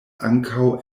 ankaŭ